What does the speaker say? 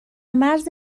مرز